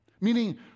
meaning